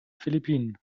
philippinen